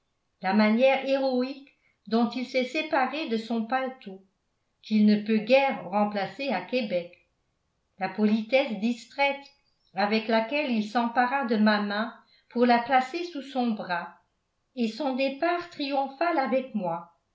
la manière héroïque dont il s'est séparé de son paletot quil ne peut guère remplacer à québec la politesse distraite avec laquelle il s'empara de ma main pour la placer sous son bras et son départ triomphal avec moi